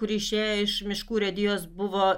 kuri išėjo iš miškų urėdijos buvo